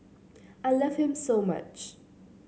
I love him so much